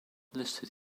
listed